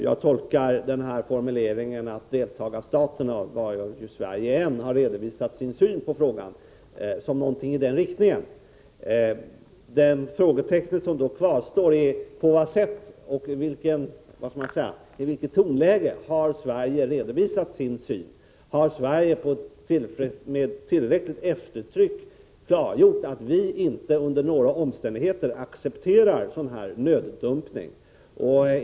Jag tolkar formuleringen, att deltagarstaterna, varav Sverige är en, har redovisat sin syn på frågan, som någonting i den riktningen. Det frågetecken som kvarstår är på vilket sätt och i vilket tonläge Sverige har redovisat sin syn. Har Sverige med tillräckligt eftertryck klargjort att man inte under några omständigheter accepterar sådan nöddumpning?